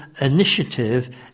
initiative